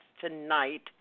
tonight